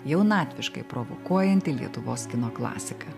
jaunatviškai provokuojantį lietuvos kino klasiką